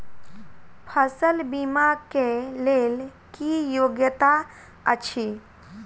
फसल बीमा केँ लेल की योग्यता अछि?